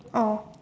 oh